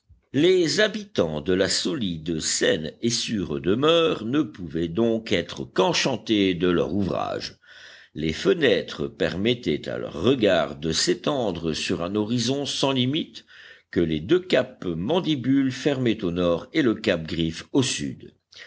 les habitants de la solide saine et sûre demeure ne pouvaient donc être qu'enchantés de leur ouvrage les fenêtres permettaient à leur regard de s'étendre sur un horizon sans limite que les deux caps mandibule fermaient au nord et le cap griffe au sud